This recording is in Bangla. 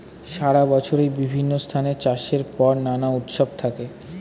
সারা বছরই বিভিন্ন স্থানে চাষের পর নানা উৎসব থাকে